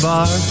Bar